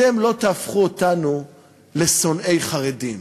אתם לא תהפכו אותנו לשונאי חרדים.